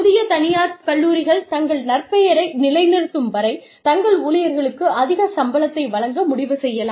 புதிய தனியார் கல்லூரிகள் தங்கள் நற்பெயரை நிலைநிறுத்தும் வரை தங்கள் ஊழியர்களுக்கு அதிக சம்பளத்தை வழங்க முடிவு செய்யலாம்